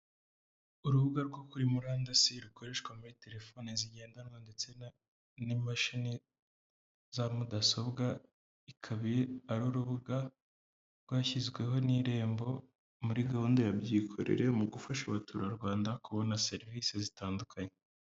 Urubuga rwo kuri murandasi rukoreshwa muri telefoni zigendanwa ndetse n'imashini za mudasobwa, ikaba ari urubuga rwashyizweho n'Irembo muri gahunda ya Byikorere, mu gufasha abaturarwanda kubona serivisi zitandukanye.